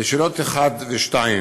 לשאלות 1 ו-2,